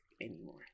anymore